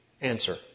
Answer